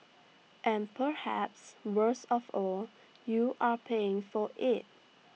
and perhaps worst of all you are paying for IT